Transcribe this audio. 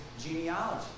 genealogy